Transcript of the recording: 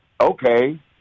okay